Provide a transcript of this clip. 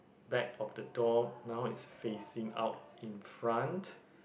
back of the door now it's facing out in front